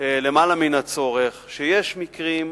למעלה מן הצורך, שיש מקרים,